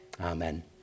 Amen